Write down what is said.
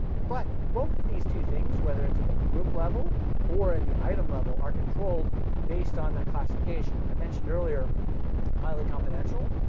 but both of these two things, whether it's at the group level or at the item level, are controlled based on that classification. i mentioned earlier highly confidential.